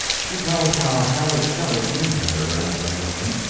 she tells how harriet shelley came to her and her husband,